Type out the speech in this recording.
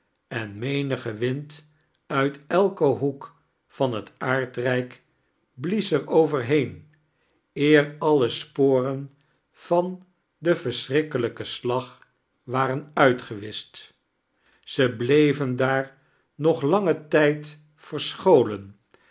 en menige wind uit elken hoek van het aardrijk blies er over heem eer alle sporen van den verschrikkelijken slag waren uitgewischt ze bleven daar nog langen tijd verscholen